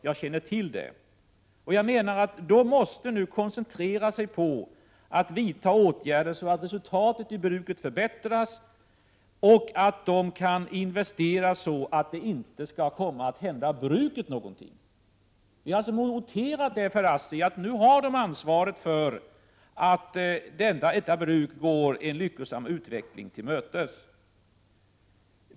Jag menar att man nu måste koncentrera sig på åtgärder som gör att resultatet vid bruket förbättras och att sådana investeringar kan åtadkommas att det inte behöver hända bruket någonting. Vi har alltså framhållit för ASSI att man nu har ansvaret för att bruket går en lyckosam utveckling till mötes.